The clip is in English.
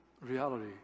reality